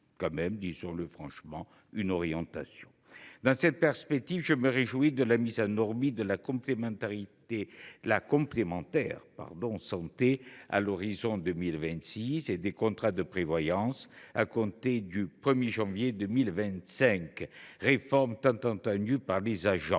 franchement, il donne tout de même une orientation ! Dans cette perspective, je me réjouis de la mise en orbite de la complémentaire santé à l’horizon de 2026 et des contrats de prévoyance à compter du 1 janvier 2025 – réformes tant attendues par les agents.